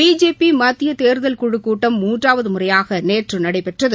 BJP மத்திய தேர்தல் குழுக் கூட்டம் மூன்றாவது முறையாக நேற்று நடைபெற்றது